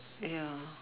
ya